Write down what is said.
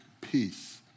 peace